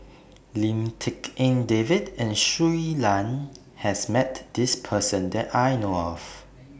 Lim Tik En David and Shui Lan has Met This Person that I know of